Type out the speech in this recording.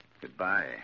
Goodbye